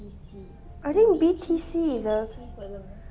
I think B_T_C is the